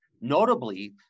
notably